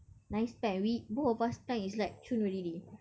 nice plan we both of us plan is like cun already